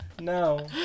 no